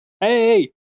hey